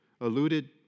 alluded